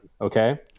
okay